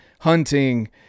hunting